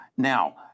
Now